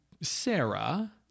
Sarah